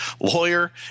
lawyer